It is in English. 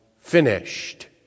finished